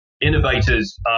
innovators